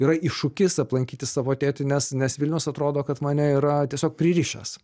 yra iššūkis aplankyti savo tėtį nes nes vilniaus atrodo kad mane yra tiesiog pririšęs